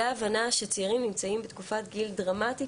והבנה שצעירים נמצאים בתקופת גיל דרמטית